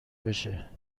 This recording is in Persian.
بشه